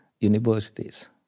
universities